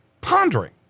pondering